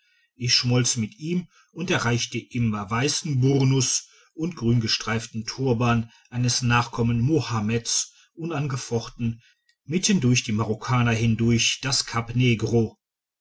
ich verschmolz mit ihm und erreichte im weißen burnus und grüngestreiften turban eines nachkommen mohammeds unangefochten mitten durch die marokkaner hindurch das kap negro